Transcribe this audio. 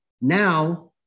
now